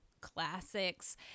classics